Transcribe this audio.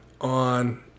on